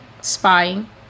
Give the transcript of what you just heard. spying